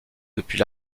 depuis